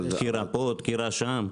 דקירה פה, דקירה שם.